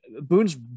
Boone's